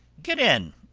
get in!